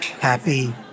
happy